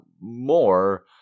more